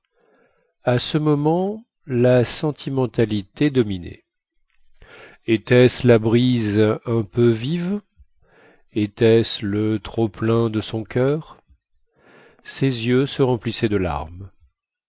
à ce moment la sentimentalité dominait était-ce la brise un peu vive était-ce le trop-plein de son coeur ses yeux se remplissaient de larmes